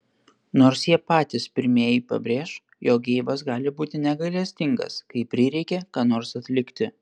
nors jie patys pirmieji pabrėš jog geibas gali būti negailestingas kai prireikia ką nors atlikti